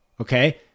Okay